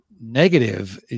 negative